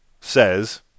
says